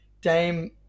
Dame